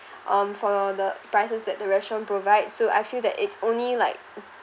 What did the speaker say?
um for all the prices that the restaurant provide so I feel that it's only like